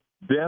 death